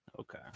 Okay